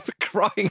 Crying